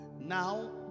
Now